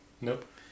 nope